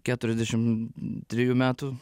keturiasdešim trejų metų